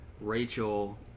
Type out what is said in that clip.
Rachel